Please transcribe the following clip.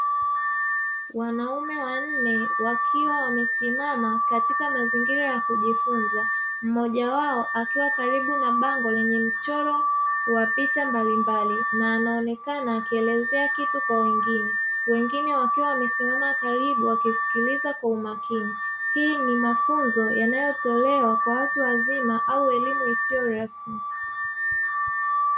Wanaume wanne wakiwa wamesimama katika mazingira ya kujifunza, mmoja wao akiwa karibu na bango lenye mchoro wa picha mbalimbali na anaonekana akielezea kitu kwa wengine; wengine wakiwa wamesimama karibu wakisikiliza kwa umakini. Hii ni mafunzo yanayotolewa kwa watu wazima au elimu isiyo rasmi.